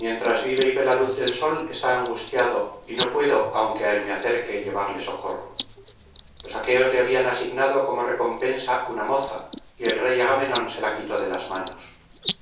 mientras vive y ve la luz del sol está angustiado y no puedo aunque á él me acerque llevarle socorro los aqueos le habían asignado como recompensa una moza y el rey agamenón se la quitó de las manos